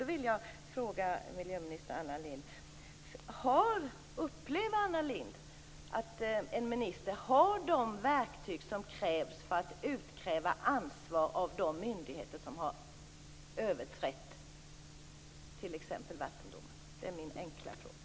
Då vill jag fråga miljöminister Anna Lindh: Upplever Anna Lindh att en minister har de verktyg som krävs för att kunna utkräva ansvar av de myndigheter som har överträtt t.ex. vattendomarna? Det är min enkla fråga.